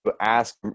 ask